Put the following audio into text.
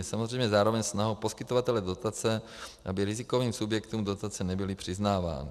Je samozřejmě zároveň snahou poskytovatele dotace, aby rizikovým subjektům dotace nebyly přiznávány.